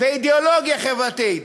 ואידיאולוגיה חברתית,